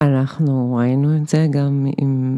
אנחנו ראינו את זה גם עם...